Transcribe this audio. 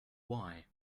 why